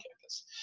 campus